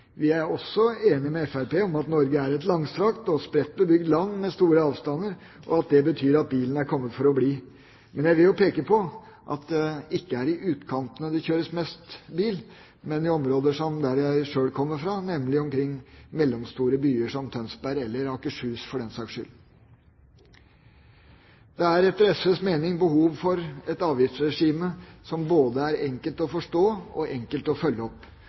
Vi er også enig med Fremskrittspartiet i at Norge er et langstrakt og spredt bebygd land med store avstander, og at det betyr at bilen er kommet for å bli. Men jeg vil peke på at det ikke er i utkantene det kjøres mest bil, men i områder som der jeg selv kommer fra, nemlig omkring mellomstore byer som Tønsberg, eller i Akershus for den saks skyld. Det er etter SVs mening behov for et avgiftsregime som både er enkelt å forstå og enkelt å følge opp,